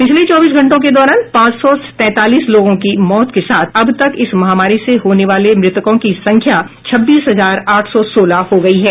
पिछले चौबीस घंटों के दौरान पांच सौ तैंतालीस लोगों की मौत के साथ अब तक इस महामारी से होने वाले मृतकों की संख्या छब्बीस हजार आठ सौ सोलह हो गई है